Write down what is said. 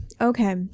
Okay